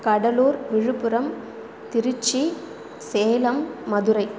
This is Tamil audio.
கடலூர் விழுப்புரம் திருச்சி சேலம் மதுரை